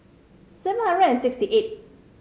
seven hundred and sixty eight